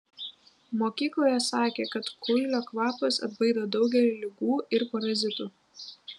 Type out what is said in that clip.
mokykloje sakė kad kuilio kvapas atbaido daugelį ligų ir parazitų